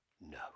no